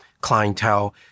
clientele